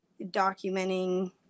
documenting